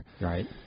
Right